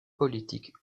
politique